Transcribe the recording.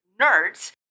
nerds